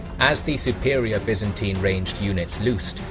as the superior byzantine ranged units loosed,